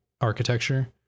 architecture